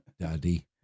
Daddy